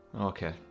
Okay